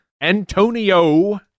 Antonio